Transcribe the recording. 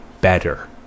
better